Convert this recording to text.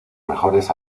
mejores